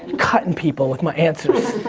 cuttin' people with my answers.